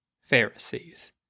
Pharisees